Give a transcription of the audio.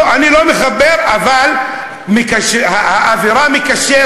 לא, אני לא מחבר, אבל האווירה מקשרת.